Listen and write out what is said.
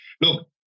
look